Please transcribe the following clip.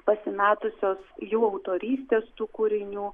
pasimetusios jų autorystės tų kūrinių